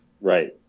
Right